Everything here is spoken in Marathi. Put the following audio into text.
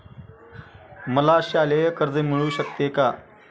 मला शालेय कर्ज मिळू शकते का?